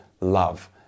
love